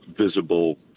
visible